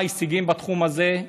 יש כמה הישגים בתחום הזה,